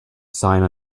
sign